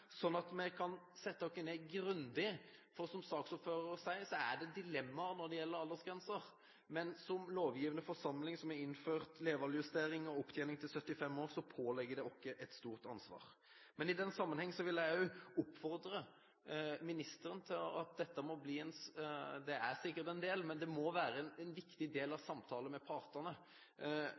som saksordføreren sier, et dilemma når det gjelder dette med aldersgrenser. Men som lovgivende forsamling som har innført levealdersjustering og opptjening til 75 år, påligger det oss et stort ansvar. I den sammenheng vil jeg også oppfordre ministeren til å ta dette opp som en viktig del av – og det er sikkert en del av – samtalene med partene. Særlig krever det en ny og bedre arbeidsgiverpolitikk. Det kreves kanskje at en